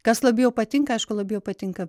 kas labiau patinka aišku labiau patinka